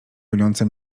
goniące